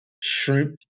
shrimp